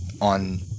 on